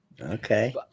okay